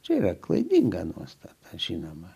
čia yra klaidinga nuostata žinoma